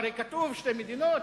הרי כתוב: שתי מדינות,